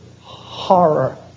horror